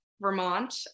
Vermont